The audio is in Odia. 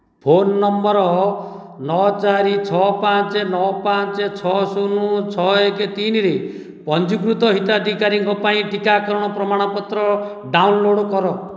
ଫୋନ ନମ୍ବର ନଅ ଚାରି ଛଅ ପାଞ୍ଚ ନଅ ପାଞ୍ଚ ଛଅ ଶୂନ ଛଅ ଏକ ତିନିରେ ପଞ୍ଜୀକୃତ ହିତାଧିକାରୀଙ୍କ ପାଇଁ ଟିକାକରଣ ପ୍ରମାଣପତ୍ର ଡାଉନଲୋଡ଼୍ କର